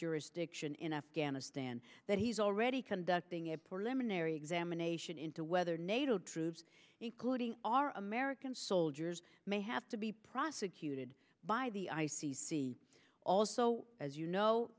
jurisdiction in afghanistan that he's already conducting a poor limb unary examination into whether nato troops including our american soldiers may have to be prosecuted by the i c c also as you know